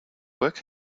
work